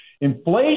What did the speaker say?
Inflation